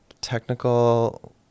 technical